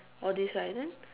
all this right then